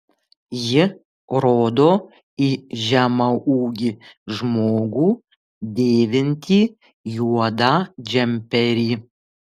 ji rodo į žemaūgį žmogų dėvintį juodą džemperį